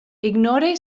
ignore